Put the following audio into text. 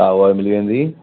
हा उहा बि मिली वेंदी